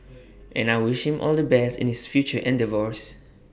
and I wish him all the best in his future endeavours